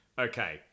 Okay